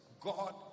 God